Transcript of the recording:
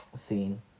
scene